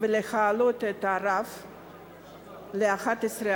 ולהעלות את הרף ל-11%,